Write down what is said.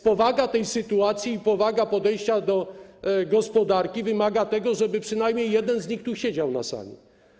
Powaga tej sytuacji i powaga podejścia do gospodarki wymaga tego, żeby przynajmniej jeden z nich siedział na sali.